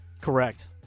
Correct